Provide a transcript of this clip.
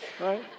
Right